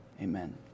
amen